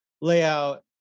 layout